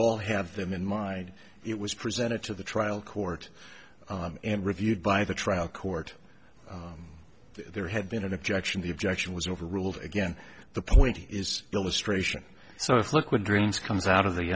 all have them in mind it was presented to the trial court and reviewed by the trial court there had been an objection the objection was overruled again the point is illustration so if liquid drinks comes out of the